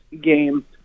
game